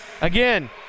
Again